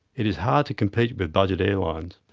it is hard to compete with budget air lines.